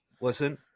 listen